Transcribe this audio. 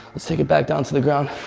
let's take it back down to the ground.